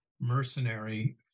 mercenary